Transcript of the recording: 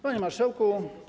Panie Marszałku!